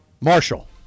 Marshall